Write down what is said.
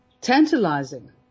tantalizing